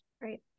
right